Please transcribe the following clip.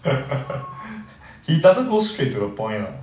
he doesn't go straight to the point lah